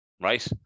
right